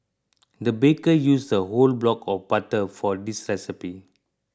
the baker used a whole block of butter for this recipe